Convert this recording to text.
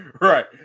Right